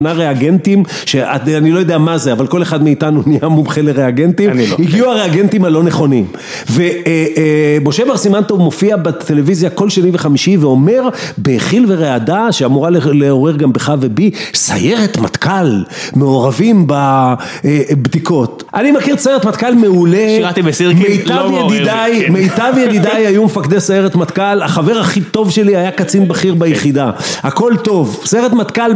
ריאגנטים, שאני לא יודע מה זה, אבל כל אחד מאיתנו נהיה מומחה לריאגנטים, הגיעו הריאגנטים הלא נכונים, ו...משה בר סימנטוב מופיע בטלוויזיה כל שני וחמישי, ואומר בחיל ורעדה, שאמורה לעורר גם בך ובי: "סיירת מטכ"ל, מעורבים בבדיקות". אני מכיר את סיירת מטכ"ל מעולה, -שירתתי בסירקין, לא מעורר... כן... -מיטב ידידיי היו מפקדי סיירת מטכ"ל, החבר הכי טוב שלי היה קצין בכיר ביחידה, הכל טוב, סיירת מטכ"ל